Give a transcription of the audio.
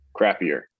crappier